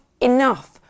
enough